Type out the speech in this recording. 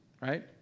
right